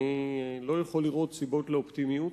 אני לא יכול לראות סיבות לאופטימיות.